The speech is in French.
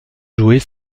jouer